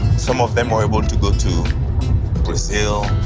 some of them were able to go to brazil,